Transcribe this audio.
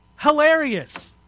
Hilarious